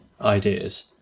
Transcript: ideas